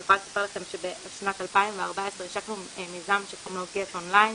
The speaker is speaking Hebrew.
אני יכולה לספר לכם שבשנת 2014 השקנו מיזם שקוראים לו גט און ליין,